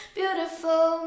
beautiful